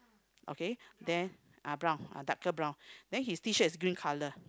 okay then uh brown uh darker brown then his t-shirt is green colour